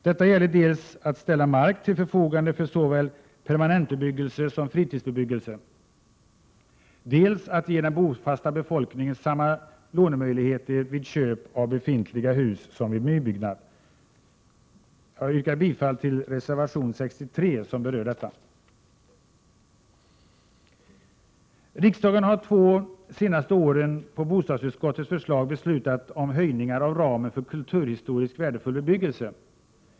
Det gäller dels att ställa mark till förfogande för såväl ny permanentbebyggelse som för fritidsbebyggelse, dels att ge den bofasta befolkningen samma lånemöjligheter vid köp av befintliga hus som vid nybyggnad. Jag yrkar bifall till reservation 63 som berör detta. Riksdagen har de två senaste åren på bostadsutskottets förslag beslutat om höjningar av ramen för kulturhistoriskt värdefull bebyggelse.